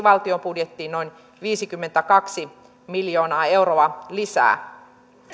valtion budjettiin noin viisikymmentäkaksi miljoonaa euroa lisää